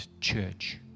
church